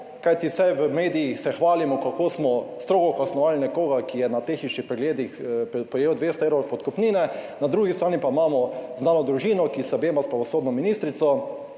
vsaj v medijih se hvalimo, kako smo strogo kaznovali nekoga, ki je na tehničnih pregledih prejel 200 evrov podkupnine, na drugi strani pa imamo znano družino, ki se objema s pravosodno ministrico,